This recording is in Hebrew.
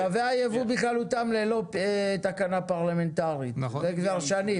היבוא בכללותם ללא תקנה פרלמנטרית, זה כבר שנים.